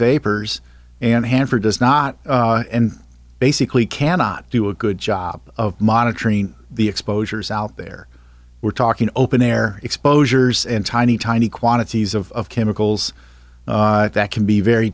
vapors and hanford does not basically cannot do a good job of monitoring the exposures out there we're talking open air exposures and tiny tiny quantities of chemicals that can be very